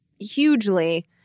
hugely